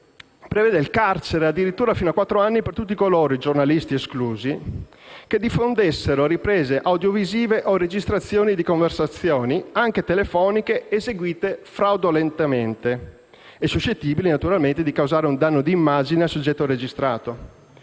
prevede il carcere addirittura fino a quattro anni per tutti coloro - giornalisti esclusi - che diffondono riprese audiovisive o registrazioni di conversazioni, anche telefoniche, eseguite «fraudolentemente» e suscettibili di causare un danno d'immagine al soggetto registrato.